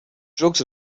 drugs